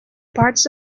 parts